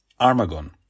Armagon